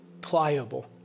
pliable